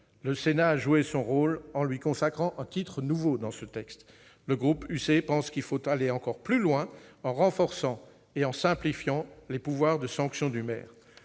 Le Sénat a joué son rôle, en lui consacrant un titre nouveau dans le texte. Le groupe UC pense qu'il faut aller encore plus loin, en renforçant et en simplifiant les pouvoirs de sanction du maire.